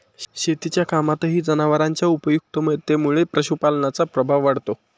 शेतीच्या कामातही जनावरांच्या उपयुक्ततेमुळे पशुपालनाचा प्रभाव वाढतो